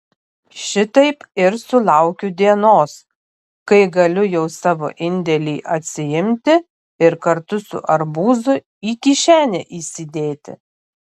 šitaip ir sulaukiu dienos kai galiu jau savo indėlį atsiimti ir kartu su arbūzu į kišenę įsidėti